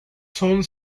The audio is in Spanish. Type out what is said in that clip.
son